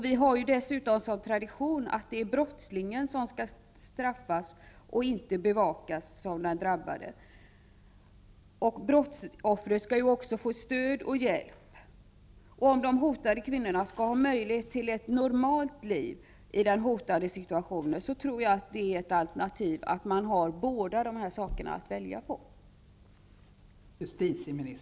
Vi har ju dessutom som tradition att det är brottslingen som skall straffas och inte att den drabbade skall bevakas. Brottsoffret skall också få stöd och hjälp. Om de hotade kvinnorna skall ha möjlighet till ett normalt liv tror jag att det är ett alternativ att båda dessa möjligheter finns.